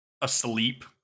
asleep